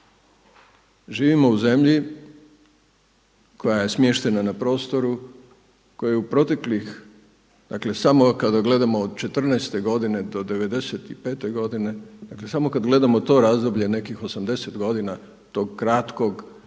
Živimo u zemlji koja je smještena na prostoru koja je u proteklih, dakle, samo kada gledamo od 14. godine do 95. godine, dakle, samo kad gledamo to razdoblje nekih 80 godina tok kratkog